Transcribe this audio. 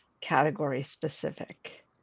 category-specific